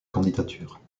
candidature